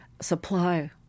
supply